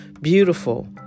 Beautiful